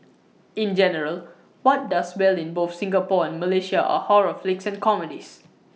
in general what does well in both Singapore and Malaysia are horror flicks and comedies